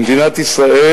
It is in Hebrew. במדינת ישראל,